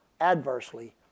adversely